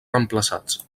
reemplaçats